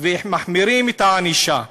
ומחמירים את הענישה.